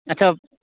अच्छा